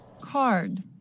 Card